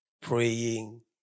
Praying